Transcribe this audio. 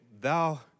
Thou